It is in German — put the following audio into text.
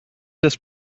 des